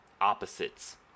opposites